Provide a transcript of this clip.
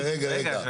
רגע, רגע, רגע.